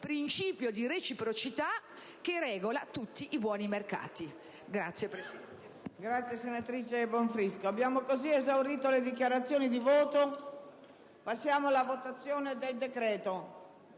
principio di reciprocità che regola tutti i buoni mercati.